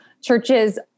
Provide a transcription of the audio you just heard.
churches